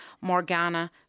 Morgana